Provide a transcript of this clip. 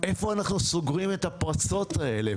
איפה אנחנו סוגרים את הפרצות האלה?